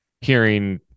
hearing